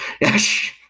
Yes